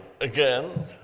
again